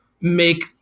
make